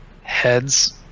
heads